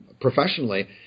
professionally